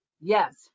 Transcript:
Yes